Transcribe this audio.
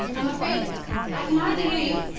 i'm afraid i can hardly hear you.